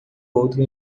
outro